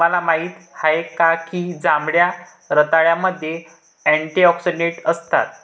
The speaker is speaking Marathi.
तुम्हाला माहित आहे का की जांभळ्या रताळ्यामध्ये अँटिऑक्सिडेंट असतात?